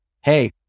Hey